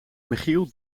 michiel